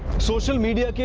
social media.